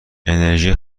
انرژی